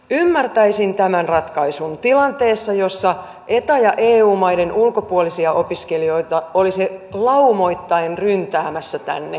ymmärtäisin tämän ratkaisun tilanteessa jossa eta ja eu maiden ulkopuolisia opiskelijoita olisi laumoittain ryntäämässä tänne